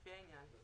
לפי העניין: